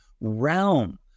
realm